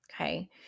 Okay